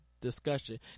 discussion